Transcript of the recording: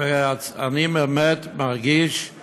ואני באמת מרגיש את